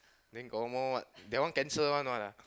then got one more what that one cancel [one] what ah